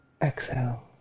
Exhale